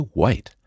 white